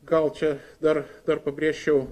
gal čia dar dar pabrėžčiau